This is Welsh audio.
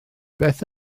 beth